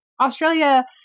Australia